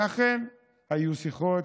ואכן היו שיחות,